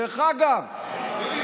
דרך אגב, דודי,